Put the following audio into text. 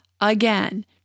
again